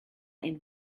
ein